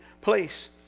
place